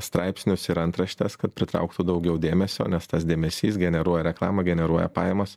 straipsnius ir antraštes kad pritrauktų daugiau dėmesio nes tas dėmesys generuoja reklamą generuoja pajamas